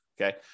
Okay